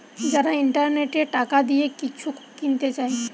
যারা ইন্টারনেটে টাকা দিয়ে কিছু কিনতে চায়